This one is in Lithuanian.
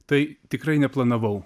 tai tikrai neplanavau